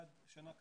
עד שנה קדימה.